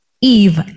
Eve